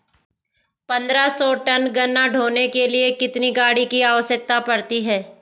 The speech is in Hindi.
पन्द्रह सौ टन गन्ना ढोने के लिए कितनी गाड़ी की आवश्यकता पड़ती है?